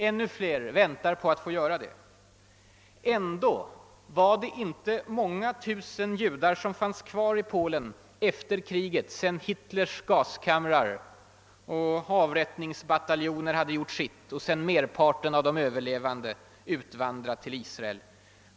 Ännu fler väntar på att få göra det. Ändå var det inte många tusen judar som fanns kvar i Polen efter kriget sedan Hitlers gaskamrar och avrättningsbataljoner hade gjort sitt och se dan merparten av de överlevande utvandrat till Israel.